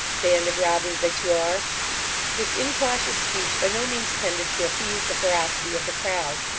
band of robbers that you are this incautious speech by no means tended to appease the ferocity of the crowd.